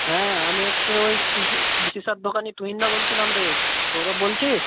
হ্যাঁ আমি হচ্ছে ওই কৃষি কৃষি সার দোকানি তুহিনদা বলছিলাম রে সৌরভ বলছিস